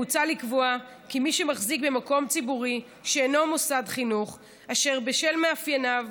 מוצע לקבוע כי מי שמחזיק במקום ציבורי שאינו מוסד חינוך אשר בשל מאפייניו